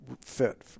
fit